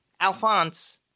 Alphonse